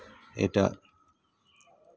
ᱮᱴᱟᱜ